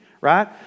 right